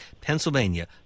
Pennsylvania